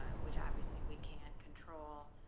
ah which obviously we can't control.